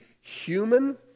human